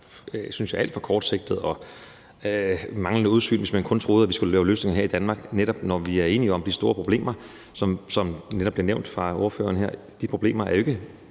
vil være alt for kortsigtet og vise et manglende udsyn, hvis man troede, at vi kun skulle lave løsninger her i Danmark, netop når vi er enige om de store problemer, som netop blev nævnt her fra ordførerens side. De problemer er jo ikke